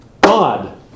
God